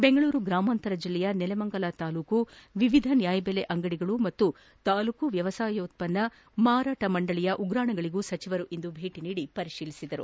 ಬೆಂಗಳೂರು ಗ್ರಾಮಾಂತರ ಜಿಲ್ಲೆಯ ನೆಲಮಂಗಲ ತಾಲೂಕಿನ ವಿವಿಧ ನ್ಯಾಯಬೆಲೆ ಅಂಗಡಿ ಪಾಗೂ ತಾಲೂಕು ವ್ಯವಸಾಯೋತ್ಪನ್ನ ಮಾರಾಟ ಮಂಡಳಿಯ ಉಗ್ರಾಣಗಳಿಗೆ ಸಚಿವರು ಭೇಟಿ ನೀಡಿ ಪರಿತೀಲಿಸಿದರು